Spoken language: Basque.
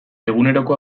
eguneroko